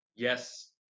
yes